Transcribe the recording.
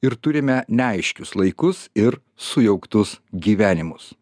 ir turime neaiškius laikus ir sujauktus gyvenimus